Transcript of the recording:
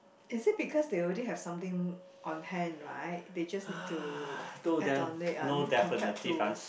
is it because they already have something on hand right they just need to add on it on compared to